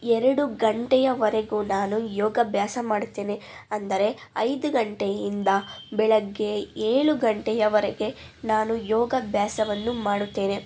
ಎರಡು ಗಂಟೆಯವರೆಗೂ ನಾನು ಯೋಗಾಭ್ಯಾಸ ಮಾಡುತ್ತೇನೆ ಅಂದರೆ ಐದು ಗಂಟೆಯಿಂದ ಬೆಳಿಗ್ಗೆ ಏಳು ಗಂಟೆಯವರೆಗೆ ನಾನು ಯೋಗಾಭ್ಯಾಸವನ್ನು ಮಾಡುತ್ತೇನೆ